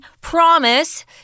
promise